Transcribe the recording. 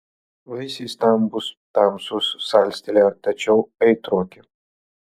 vaisiai stambūs tamsūs salstelėję tačiau aitroki